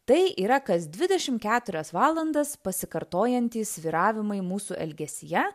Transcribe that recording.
tai yra kas dvidešim keturias valandas pasikartojantys svyravimai mūsų elgesyje